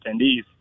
attendees